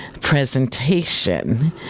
presentation